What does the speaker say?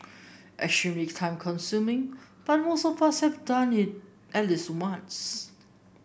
extremely time consuming but most of us have done it at least once